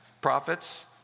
Prophets